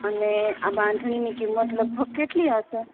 અને આ બાંધણીની કિંમત લગભગ કેટલી હશે